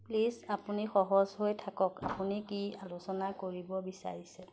please আপুনি সহজ হৈ থাকক আপুনি কি আলোচনা কৰিব বিচাৰিছে